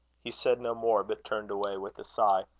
he said no more, but turned away with a sigh.